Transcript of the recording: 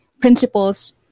principles